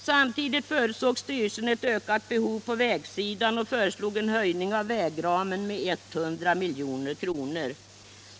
Samtidigt förutsåg styrelsen ett ökat behov på vägsidan och föreslog en höj ning av vägramen med 100 milj.kr.